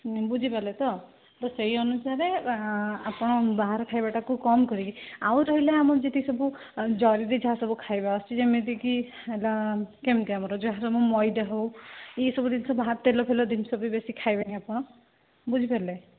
ବୁଝିପାରିଲେ ତ ତ ସେଇ ଅନୁସାରେ ଆପଣ ବାହାର ଖାଇବାଟାକୁ କମ୍ କରିକି ଆଉ ରହିଲା ଆମର ଯେତିକି ସବୁ ଜରିରେ ଯାହା ସବୁ ଖାଇବା ଆସୁଛି ଯେମିତି କି ହେଲା କେମିତି ଆମର ଯାହାର ମୁଁ ମଇଦା ହଉ ଏଇସବୁ ଜିନିଷ ବାହାର ତେଲ ଫେଲ ଜିନିଷ ବି ବେଶି ଖାଇବେନି ଆପଣ ବୁଝିପାରିଲେ